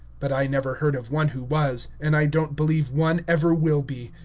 but i never heard of one who was, and i don't believe one ever will be.